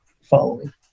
following